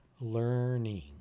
learning